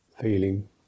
feeling